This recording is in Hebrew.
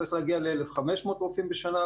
צריך להגיע ל-1,500 רופאים בשנה,